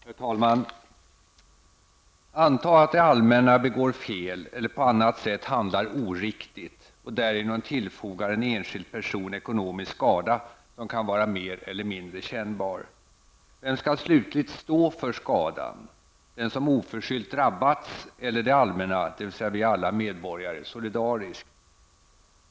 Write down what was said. Herr talman! Antag att det allmänna begår fel eller på annat sätt handlar oriktigt och därigenom tillfogar en enskild person ekonomisk skada som kan vara mer eller mindre kännbar. Vem skall slutligt stå för skadan -- den som oförskyllt drabbats eller det allmänna, dvs. alla vi medborgare solidariskt?